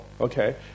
Okay